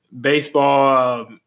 baseball